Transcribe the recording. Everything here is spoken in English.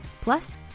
Plus